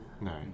no